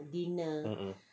mm mm